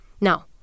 Now